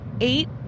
Eight